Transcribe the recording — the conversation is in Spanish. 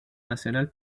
nacional